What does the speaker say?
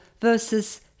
versus